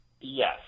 yes